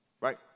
Right